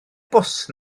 bws